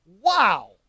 Wow